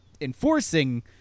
enforcing